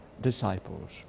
disciples